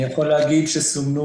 אני יכול להגיד שסומנו,